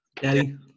Daddy